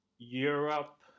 Europe